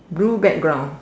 blue background